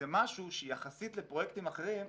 זה משהו שיחסית לפרויקטים אחרים,